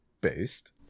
Based